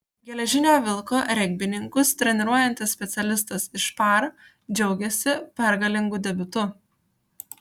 geležinio vilko regbininkus treniruojantis specialistas iš par džiaugiasi pergalingu debiutu